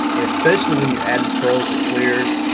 and especially when you're adding pearls to clears,